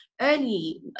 early